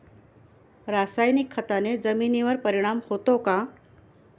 रासायनिक खताने जमिनीवर परिणाम होतो का?